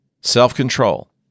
Self-control